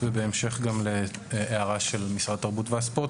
בהמשך להערה של משרד התרבות והספורט,